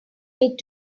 meet